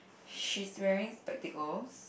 she's wearing spectacles